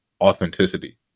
authenticity